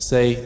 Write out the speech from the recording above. Say